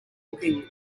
looking